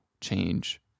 change